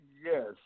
Yes